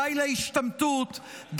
די להשתמטות,